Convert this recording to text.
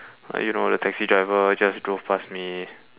like you know the taxi driver just drove past me